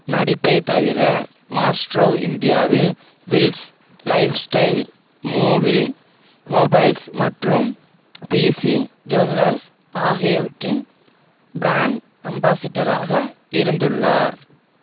நடிப்பைத் தவிர மாஸ்டிரோ இந்தியாவில் Wills Lifestyle மோவில் மொபைல்ஸ் மற்றும் பிசி ஜுவல்லர்ஸ் ஆகியவற்றின் பிராண்ட் அம்பாசிடராக இருந்துள்ளார்